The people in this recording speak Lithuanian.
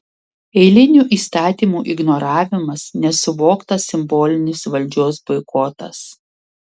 eilinių įstatymų ignoravimas nesuvoktas simbolinis valdžios boikotas